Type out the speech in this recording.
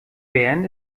bern